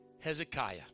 Hezekiah